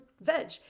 veg